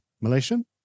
Malaysian